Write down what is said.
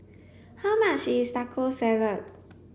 how much is Taco Salad